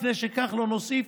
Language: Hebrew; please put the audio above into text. לפני שכחלון הוסיף,